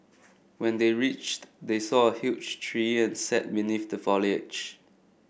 when they reached they saw a huge tree and sat beneath the foliage